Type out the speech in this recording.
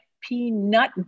peanut